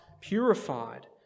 purified